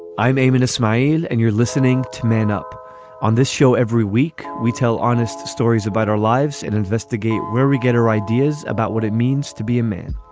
i'm aiming to smile and you're listening to man up on this show every week. we tell honest stories about our lives and investigate where we get our ideas about what it means to be a man